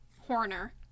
Horner